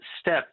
step